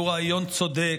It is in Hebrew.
שהוא רעיון צודק,